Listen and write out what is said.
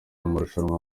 amarushanwa